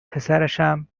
پسرشم